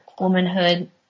womanhood